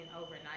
overnight